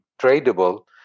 tradable